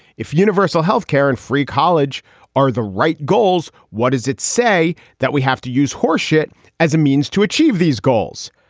if universal healthcare and free college are the right goals, what is it? say that we have to use horse shit as a means to achieve these goals?